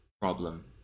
problem